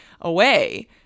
away